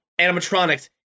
animatronics